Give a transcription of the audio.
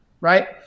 right